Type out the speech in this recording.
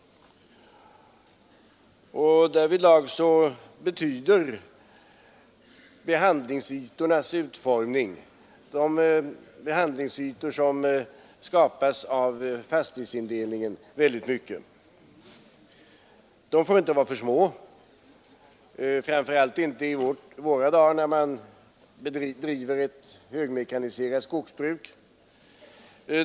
Därvidlag betyder utformningen av de behandlingsytor som skapas av fastighetsindelningen väldigt mycket. Behandlingsytorna får inte vara för små, framför allt inte i våra dagar när man bedriver ett högmekaniserat skogsbruk.